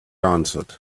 answered